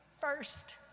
first